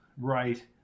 Right